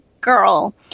girl